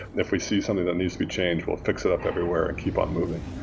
if we see something that needs to be changed, we'll fix it up everywhere and keep on moving.